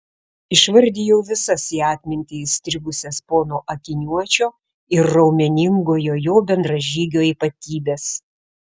išvardijau visas į atmintį įstrigusias pono akiniuočio ir raumeningojo jo bendražygio ypatybes